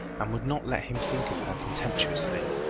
and would not let him think of her contemptuously.